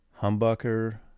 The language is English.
Humbucker